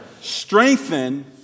strengthen